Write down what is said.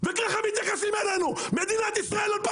וככה מתייחסים אלינו, מדינת ישראל 2022,